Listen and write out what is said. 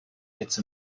its